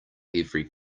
every